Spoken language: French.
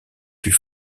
plus